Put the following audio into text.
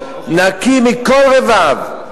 נקי מכל רבב,